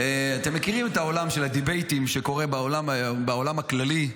אתם מכירים את העולם של הדיבייטים שקורה בעולם הכללי,